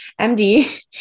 MD